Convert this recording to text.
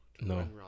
no